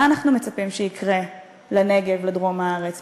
מה אנחנו מצפים שיקרה לנגב, לדרום הארץ?